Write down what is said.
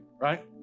right